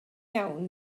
iawn